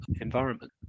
environment